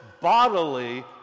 bodily